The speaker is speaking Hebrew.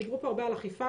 דיברו פה הרבה על אכיפה,